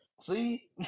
see